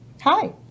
hi